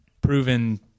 proven –